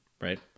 right